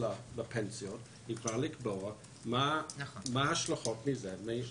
לפנסיות היא יכולה לקבוע איזה השלכות יש מההשקעות.